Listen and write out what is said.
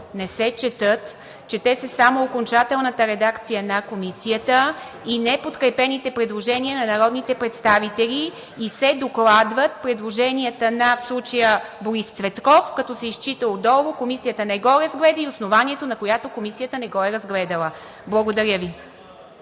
не се четат. Чете се само окончателната редакция на Комисията, неподкрепените предложения на народните представители и се докладват предложенията – в случая на Борис Цветков – като се изчита отдолу „Комисията не го разгледа“ и основанието, на което Комисията не го е разгледала. Благодаря Ви.